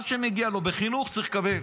מה שמגיע לו בחינוך, צריך לקבל.